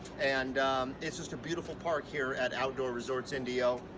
and it's just a beautiful park here at outdoor resorts indio.